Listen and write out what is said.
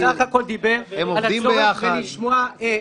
אז אנחנו מדברים על שלושת המועדים האחרונים.